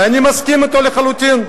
ואני מסכים אתו לחלוטין.